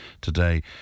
today